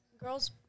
Girls